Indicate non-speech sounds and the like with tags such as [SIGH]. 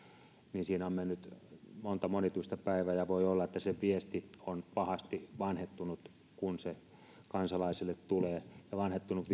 niin siinä on mennyt monta monituista päivää ja voi olla että se viesti on pahasti vanhentunut kun se kansalaisille tulee ja vanhentunut [UNINTELLIGIBLE]